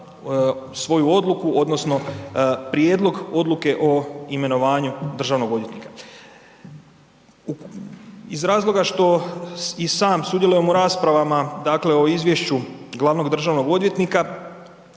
svoju odluku odnosno prijedlog odluke o imenovanju državnog odvjetnika. Iz razloga što i sam sudjelujem u raspravama dakle o izvješću glavnog državnog odvjetnika,